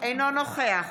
אינו נוכח